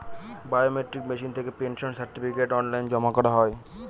biometric machine থেকে pension certificate online জমা করা হয়